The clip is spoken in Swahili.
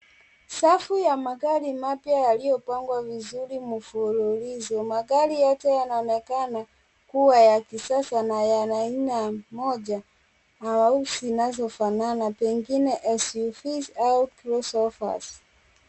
Safu ya magari mapya yaliyopangwa vizuri mfululizo. Magari yote yanaonekana kuwa ya kisasa na ya aina moja watu zinazofanana. Pengine ni SUVs au Cross overs